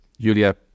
Julia